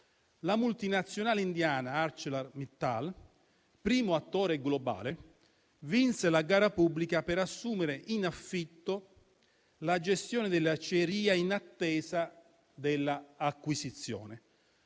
La multinazionale indiana ArcelorMittal, primo attore globale, vinse la gara pubblica per assumere in affitto la gestione delle acciaierie, in attesa dell'acquisizione,